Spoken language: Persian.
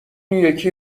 یکی